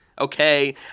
Okay